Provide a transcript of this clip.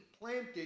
planted